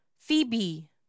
Phoebe